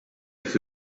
jekk